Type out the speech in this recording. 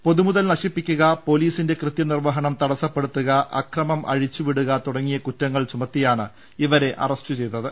പൊതുമുതൽ നശിപ്പിക്കുക പൊലീ സിന്റെ കൃത്യനിർവഹണം തടസ്സപ്പെടുത്തുക അക്രമം അഴിച്ചു വിടുക തുടങ്ങിയ കുറ്റങ്ങൾ ചുമത്തിയാണ് ഇവരെ അറസ്റ്റ് ചെയ്ത ത്